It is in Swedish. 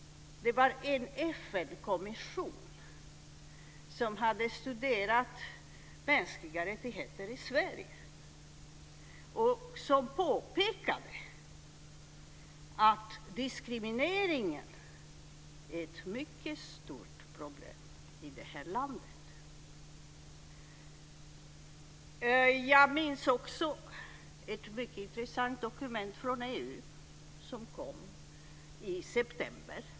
Det var en FN-kommission som hade studerat mänskliga rättigheter i Sverige, som påpekade att diskrimineringen är ett mycket stort problem i det här landet. Jag minns också ett mycket intressant dokument från EU som kom i september.